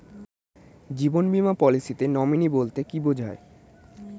জীবন বীমা পলিসিতে নমিনি বলতে কি বুঝায়?